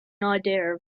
idea